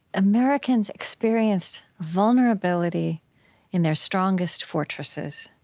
americans experienced vulnerability in their strongest fortresses,